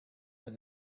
and